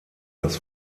das